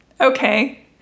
Okay